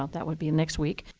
that would be next week.